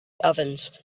ovens